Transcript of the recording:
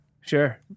Sure